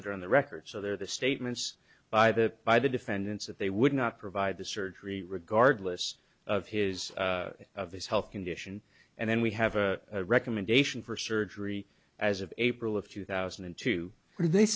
that are on the record so there the statements by the by the defendants that they would not provide the surgery regardless of his of his health condition and then we have a recommendation for surgery as of april of two thousand and two